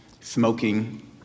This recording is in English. smoking